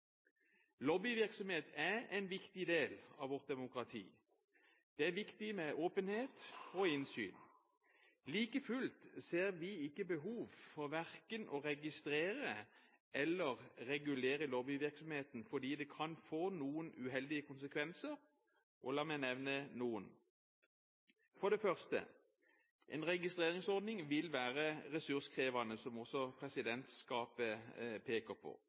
Lobbyvirksomhet er en viktig del av vårt demokrati. Det er viktig med åpenhet og innsyn. Like fullt ser vi ikke behov for verken å registrere eller regulere lobbyvirksomheten, for det kan få noen uheldige konsekvenser, og la meg nevne noen. For det første vil en registreringsordning være ressurskrevende, slik også presidentskapet peker på.